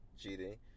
cheating